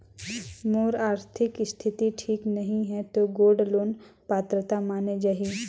मोर आरथिक स्थिति ठीक नहीं है तो गोल्ड लोन पात्रता माने जाहि?